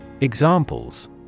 Examples